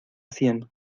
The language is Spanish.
cien